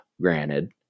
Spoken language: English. granted